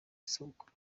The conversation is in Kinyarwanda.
isabukuru